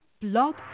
Blog